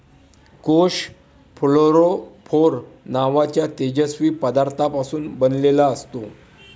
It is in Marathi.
कोष फ्लोरोफोर नावाच्या तेजस्वी पदार्थापासून बनलेला असतो